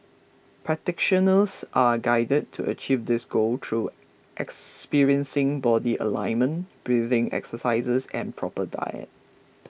practitioners are guided to achieve this goal through experiencing body alignment breathing exercises and proper diet